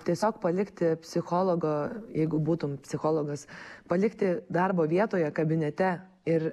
tiesiog palikti psichologo jeigu būtum psichologas palikti darbo vietoje kabinete ir